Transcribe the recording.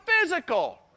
physical